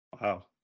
Wow